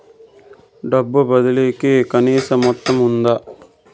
డబ్బు బదిలీ కి కనీస మొత్తం ఉందా?